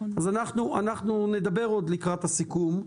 אנחנו נדבר עוד לקראת הסיכום.